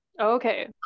Okay